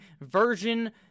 version